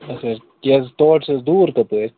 اچھا کیٛازِ تور چھُ حظ دوٗر تَپٲرۍ